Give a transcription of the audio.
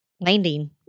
Landing